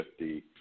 50